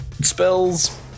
spells